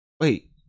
wait